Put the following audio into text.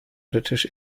britisch